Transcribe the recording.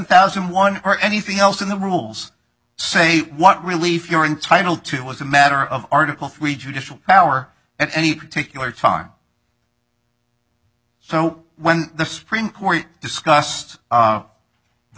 thousand one or anything else in the rules say what relief you're entitled to as a matter of article three judicial power at any particular time so when the supreme court discussed the